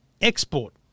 export